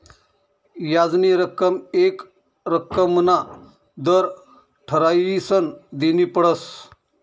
याजनी रक्कम येक रक्कमना दर ठरायीसन देनी पडस